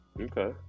Okay